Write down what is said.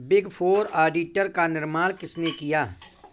Big four auditor का निर्माण किसने किया?